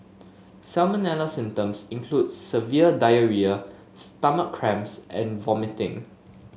salmonella symptoms include severe diarrhoea stomach cramps and vomiting